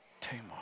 Tamar